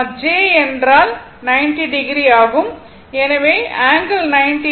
j என்றால் ∠90o ஆகும் எனவே ∠90o மற்றும் ∠45o ஆகும்